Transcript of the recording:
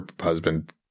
husband